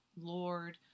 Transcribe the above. Lord